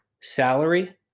salary